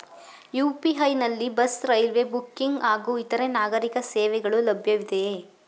UPI ನಲ್ಲಿ bus, railway booking ಹಾಗೂ ಇತರೆ ನಾಗರೀಕ ಸೇವೆಗಳು ಲಭ್ಯವಿದೆಯೇ?